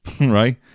right